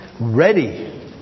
ready